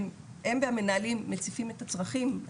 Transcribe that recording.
הם והמנהלים מציפים את הצרכים,